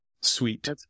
sweet